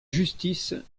justice